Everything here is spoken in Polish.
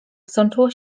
sączyło